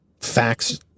facts